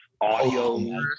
audio